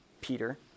Peter